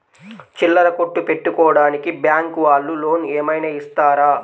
చిల్లర కొట్టు పెట్టుకోడానికి బ్యాంకు వాళ్ళు లోన్ ఏమైనా ఇస్తారా?